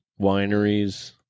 wineries